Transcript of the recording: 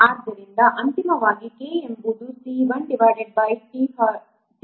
ಆದ್ದರಿಂದ ಅಂತಿಮವಾಗಿ k ಎಂಬುದು C 1 t4d ಗೆ ಸಮಾನವಾಗಿರುತ್ತದೆ